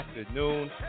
afternoon